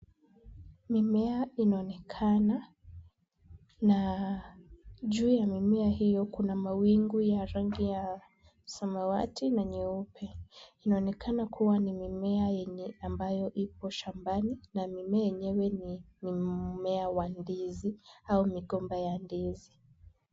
Mimea inaonekana na juu ya mimea hiyo kuna mawingu ya rangi ya samawati na nyeupe. Inaonekana kuwa ni mimea yenye ambayo ipo shambani na mimea yenyewe ni mmea wa ndizi au migomba ya ndizi.